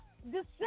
December